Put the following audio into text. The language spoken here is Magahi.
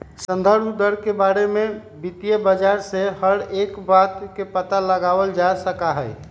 संदर्भ दर के बारे में वित्तीय बाजार से हर एक बात के पता लगावल जा सका हई